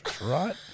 right